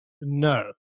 No